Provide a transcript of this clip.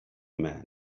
man